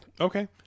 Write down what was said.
Okay